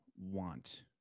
want